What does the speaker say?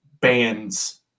bands